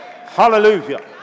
Hallelujah